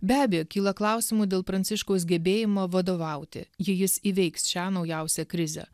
be abejo kyla klausimų dėl pranciškaus gebėjimo vadovauti jei jis įveiks šią naujausią krizę